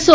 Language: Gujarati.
એસ